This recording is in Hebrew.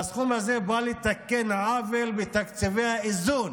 והסכום הזה בא לתקן עוול בתקציבי האיזון.